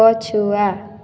ପଛୁଆ